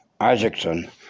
isaacson